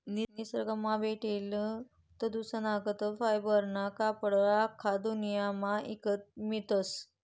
निसरगंमा भेटेल तंतूसनागत फायबरना कपडा आख्खा जगदुन्यामा ईकत मियतस